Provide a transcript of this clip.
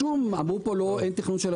אמרו פה לא, אין תכנון.